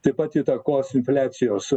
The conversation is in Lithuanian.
taip pat įtakos infliacijos